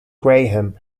graham